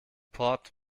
port